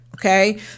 Okay